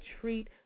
treat